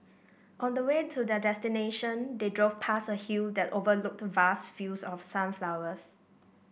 on the way to their destination they drove past a hill that overlooked vast fields of sunflowers